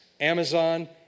Amazon